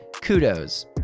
Kudos